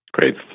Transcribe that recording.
Great